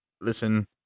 Listen